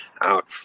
out